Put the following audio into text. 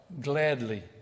gladly